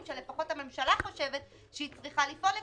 שלפחות הממשלה חושבת שהיא צריכה לפעול לפיהם,